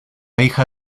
hija